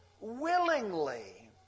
willingly